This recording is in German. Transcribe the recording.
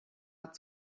hat